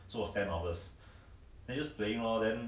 hi ya